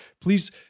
please